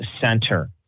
center